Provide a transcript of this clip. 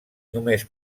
només